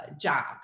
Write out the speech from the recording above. job